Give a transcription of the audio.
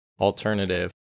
alternative